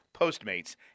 Postmates